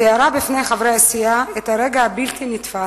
תיארה בפני חברי הסיעה את הרגע הבלתי-נתפס,